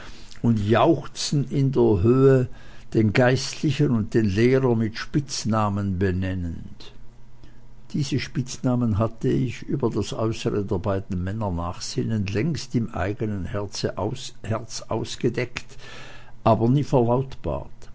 und jauchzten in der höhe den geistlichen und den lehrer mit spitznamen benennend diese spitznamen hatte ich über das äußere der beiden männer nachsinnend längst im eigenen herzen ausgeheckt aber nie verlautbart